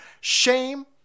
shame